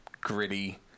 gritty